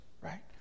right